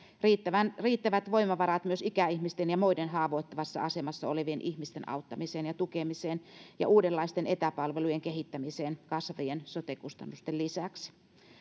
riittävät voimavarat myös ikäihmisten ja muiden haavoittuvassa asemassa olevien ihmisten auttamiseen ja tukemiseen ja uudenlaisten etäpalvelujen kehittämiseen kasvavien sote kustannusten lisäksi